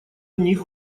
них